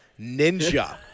Ninja